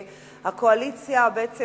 שהקואליציה בעצם